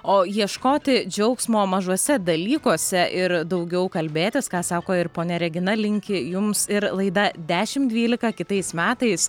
o ieškoti džiaugsmo mažuose dalykuose ir daugiau kalbėtis ką sako ir ponia regina linki jums ir laida dešim dvylika kitais metais